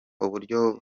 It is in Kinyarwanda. uburyo